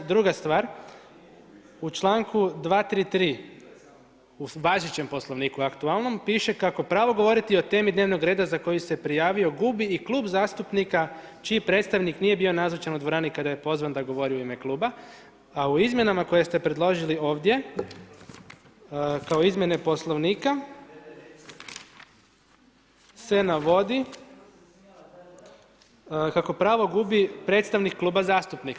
Druga stvar, u članku 233. u važećem Poslovniku aktualnom, piše kako pravo govoriti o temi dnevnog reda za koji se prijavio gubi i klub zastupnika čiji predstavnik nije bio nazočan u dvorani kada je pozvan da govori u ime kluba, a u izmjenama koje ste predložili ovdje, kao izmjene Poslovnika se navodi kako pravo gubi predstavnik kluba zastupnika.